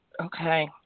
Okay